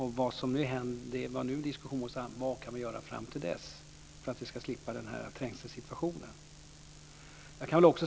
Diskussionen gäller nu vad vi kan göra fram till dess för att slippa trängselsituationen.